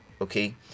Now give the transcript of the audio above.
okay